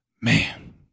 Man